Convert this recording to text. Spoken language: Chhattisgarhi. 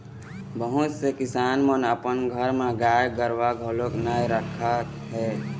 बहुत से किसान मन अपन घर म गाय गरूवा घलोक नइ राखत हे